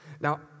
Now